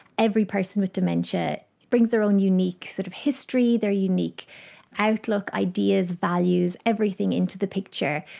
every person with dementia brings their own unique sort of history, their unique outlook, ideas, values, everything into the picture.